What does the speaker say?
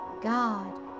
God